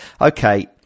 okay